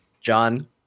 John